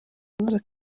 unoze